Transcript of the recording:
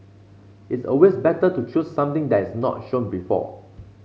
it's always better to choose something that's not shown before